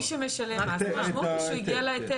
מי שמשלם מס, המשמעות היא שהוא הגיע להיטל.